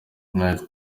mike